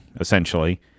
essentially